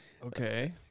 Okay